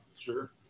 sure